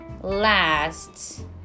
last